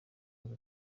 ngo